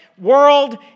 world